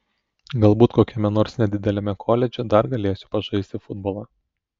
galbūt kokiame nors nedideliame koledže dar galėsiu pažaisti futbolą